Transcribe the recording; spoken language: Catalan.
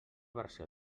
versió